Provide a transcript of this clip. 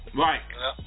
right